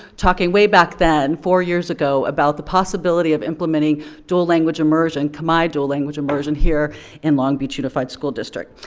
talking way back then, four years ago, about the possibility of implementing dual language immersion, immersion, khmer dual language immersion, here in long beach unified school district.